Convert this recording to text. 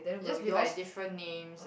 you just read like different names